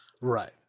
right